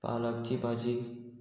पालकची भाजी